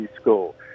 school